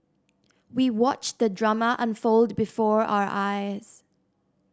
we watched the drama unfold before our eyes